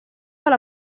alla